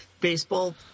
baseball